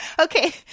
Okay